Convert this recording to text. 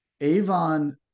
avon